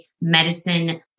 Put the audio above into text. medicine